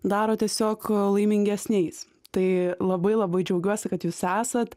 daro tiesiog laimingesniais tai labai labai džiaugiuosi kad jūs esat